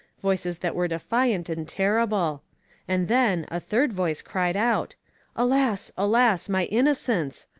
voices that were defiant and terrible and then, a third voice cried out alas! alas! my innocence!